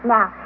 Now